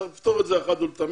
צריך לפתור את זה אחת ולתמיד